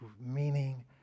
meaning